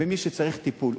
במי שצריך טיפול.